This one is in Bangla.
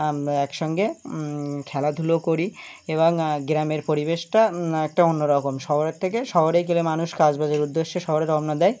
একসঙ্গে খেলাধুলো করি এবং গ্রামের পরিবেশটা একটা অন্য রকম শহরের থেকে শহরে গেলে মানুষ কাজবাজে উদ্দস্য শহরে অন্য দোয়